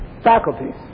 faculties